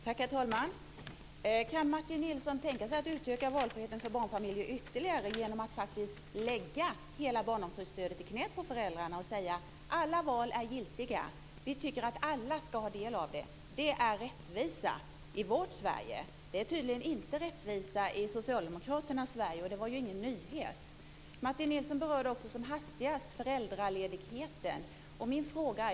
Herr talman! Kan Martin Nilsson tänka sig att utöka valfriheten för barnfamiljerna ytterligare genom att faktiskt lägga hela barnomsorgsstödet i knäet på föräldrarna, dvs. alla val är giltiga. Alla ska ha del i det. Det är rättvisa i vårt Sverige. Det är tydligen inte rättvisa i Socialdemokraternas Sverige. Det var ingen nyhet. Martin Nilsson berörde också som hastigast föräldraledigheten.